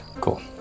Cool